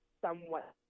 somewhat